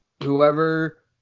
whoever